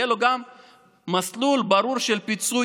יהיה לו גם מסלול ברור של פיצוי,